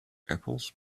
apples